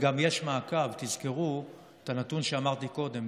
וגם יש מעקב תזכרו את הנתון שאמרתי קודם: